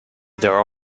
there